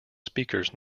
speakers